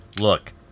look